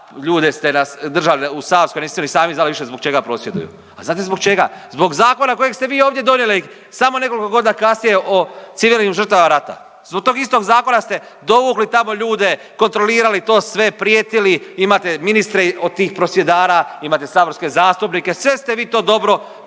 ljude ste držali u Savskoj, niste ni sami znali više zbog čega prosvjeduju. A znate zbog čega? Zbog zakona kojeg ste vi ovdje donijeli, samo nekoliko godina kasnije o civilnim žrtvama rata. Zbog tog istog zakona ste dovukli tamo ljude, kontrolirali to sve, prijetili, imate ministre od tih prosvjetara, imate saborske zastupnike, sve ste vi to dobro